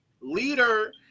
leader